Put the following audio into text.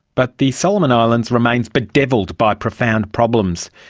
but the solomon islands remains bedevilled by profound problems.